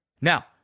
Now